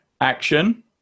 action